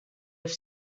have